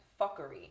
fuckery